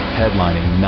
headlining